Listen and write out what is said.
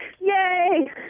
yay